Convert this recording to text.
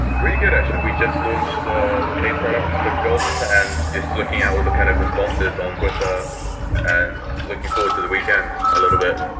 really good actually. we just launched the the pay product for golden and just looking at all the kind of responses on twitter and looking forward to the weekends a little bit.